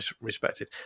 respected